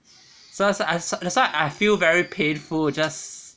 so so I so that's why I feel very painful just